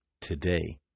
today